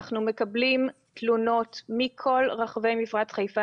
אנחנו מקבלים תלונות מכל רחבי מפרץ חיפה,